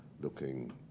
looking